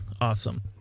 Awesome